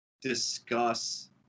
discuss